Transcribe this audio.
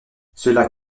cela